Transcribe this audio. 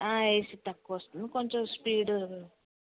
AC తక్కువ వస్తుంది కొంచెం స్పీడ్